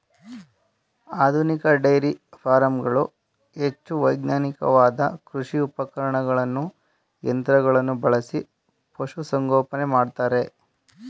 ಆಧುನಿಕ ಡೈರಿ ಫಾರಂಗಳು ಹೆಚ್ಚು ವೈಜ್ಞಾನಿಕವಾದ ಕೃಷಿ ಉಪಕರಣಗಳನ್ನು ಯಂತ್ರಗಳನ್ನು ಬಳಸಿ ಪಶುಸಂಗೋಪನೆ ಮಾಡ್ತರೆ